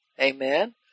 Amen